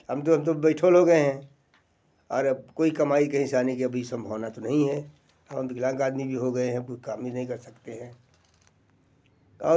हम तो अब तो बैठोल लोग हैं और अब कोई कमाई कहीं से आने कि अभी संभावना तो नहीं है हम विकलांग आदमी भी हो गए हैं अब काम भी नहीं कर सकते हैं और